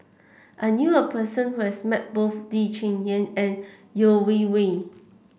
I knew a person who has met both Lee Cheng Yan and Yeo Wei Wei